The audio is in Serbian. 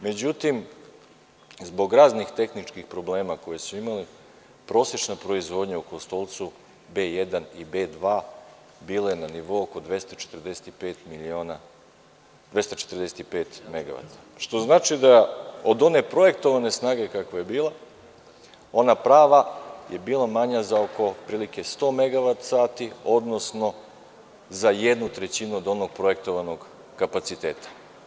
Međutim, zbog raznih tehničkih problema koje su imali, prosečna proizvodnja u „Kostolcu B1 i B2“ bila je na nivou oko 245 megavata, što znači da od one projektovane snage kakva je bila ona prava je bila manja za oko otprilike sto megavat sati, odnosno za jednu trećinu od onog projektovanog kapaciteta.